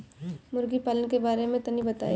मुर्गी पालन के बारे में तनी बताई?